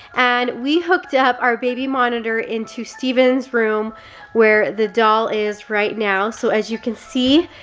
and we hooked up our baby monitor into steven's room where the doll is right now, so as you can see,